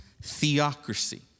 theocracy